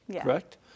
correct